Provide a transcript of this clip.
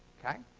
ok?